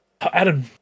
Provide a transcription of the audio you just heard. Adam